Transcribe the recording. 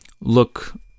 Look